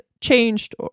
changed